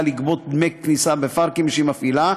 לגבות דמי כניסה בפארקים שהיא מפעילה,